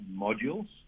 modules